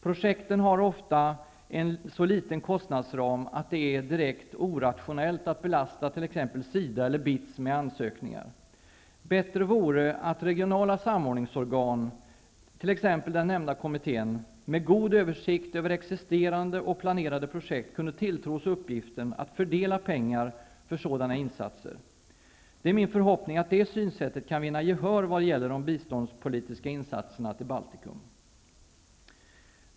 Projekten har ofta en så liten kostnadsram att det är direkt orationellt att belasta t.ex. SIDA eller BITS med ansökningar. Bättre vore att regionala samordningsorgan, t.ex. den nämnda kommittén, som har god översikt över existerande och planerade projekt, kunde tilltros uppgiften att fördela pengar för sådana insatser. Det är min förhoppning att det synsättet kan vinna gehör vad gäller de biståndspolitiska insatserna i Baltikum.